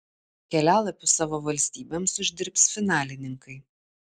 kelialapius savo valstybėms uždirbs finalininkai